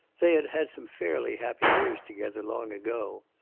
they had had some fairly happy years together, long ago.